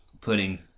putting